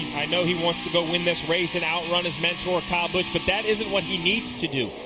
i know he wants to go win this race and out run his mentor, kyle busch. but that isn't what he needs to do.